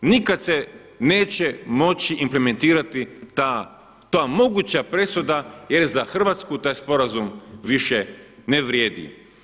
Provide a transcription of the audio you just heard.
Nikada se neće moći implementirati ta moguća presuda jer za Hrvatsku taj sporazum više ne vrijedi.